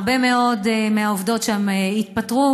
הרבה מאוד מהעובדות שם התפטרו,